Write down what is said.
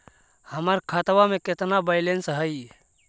हमर खतबा में केतना बैलेंस हई?